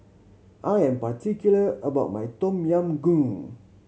I am particular about my Tom Yam Goong